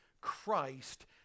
Christ